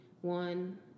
One